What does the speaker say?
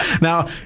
Now